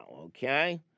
okay